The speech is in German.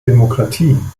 demokratie